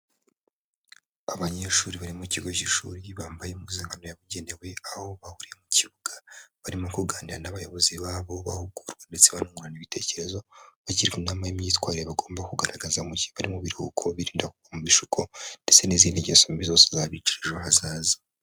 Abanyeshuri bari mu kigo cy'ishuri bambaye impuzankano yabugenewe, aho bahuriye mu kibuga barimo kuganira n'abayobozi babo bahugurwa ndetse banungurana ibitekerezo, bagirwa inama y'imyitwarire bagomba kugaragaza mu gihe bari mu biruhuko birinda kugwa mu bishuko, ndetse n'izindi ngeso mbi zose zabicira ejo hazaza.